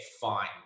fine